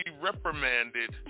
reprimanded